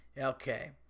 Okay